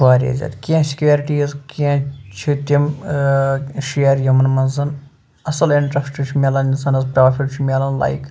واریاہ زیادٕ کیٚنٛہہ سٮ۪کیوٗرِٹیٖز کیٚنٛہہ چھِ تِم شِیَر یِمَن منٛز اَصٕل اِنٹرٛسٹ چھُ میلان اِنسانَس پرٛافِٹ چھُ میلان لایِک